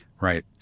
Right